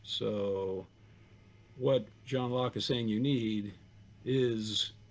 so what john locke is saying you need is